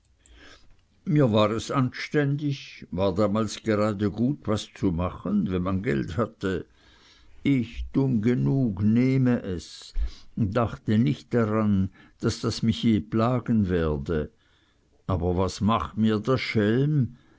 mir war es anständig war damals gerade gut was zu machen wenn man geld hatte ich dumm genug nehme es dachte nicht daran daß das mich je plagen werde aber was macht mir der schelm